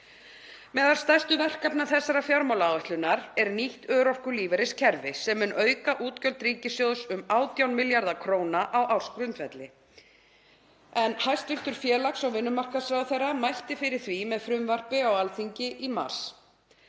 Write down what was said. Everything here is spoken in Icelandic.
Meðal stærstu verkefna þessarar fjármálaáætlunar er nýtt örorkulífeyriskerfi sem mun auka útgjöld ríkissjóðs um 18 milljarða kr. á ársgrundvelli en hæstv. félags- og vinnumarkaðsráðherra mælti fyrir því með frumvarpi á Alþingi í mars.